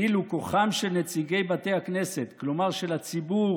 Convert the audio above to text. ואילו כוחם של נציגי בתי הכנסת, כלומר, של הציבור